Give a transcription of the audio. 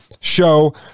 show